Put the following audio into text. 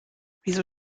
wieso